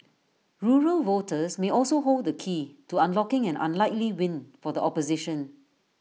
rural voters may also hold the key to unlocking an unlikely win for the opposition